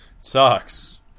Sucks